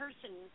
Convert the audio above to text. person